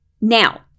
Now